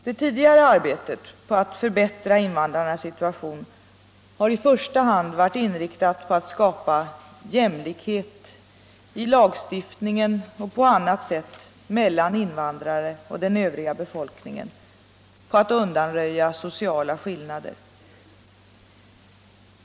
Det tidigare arbetet på att förbättra invandrarnas situation har i första hand varit inriktat på att skapa jämlikhet i lagstiftningen och på annat sätt mellan invandrare och den övriga befolkningen och på att undanröja sociala skillnader.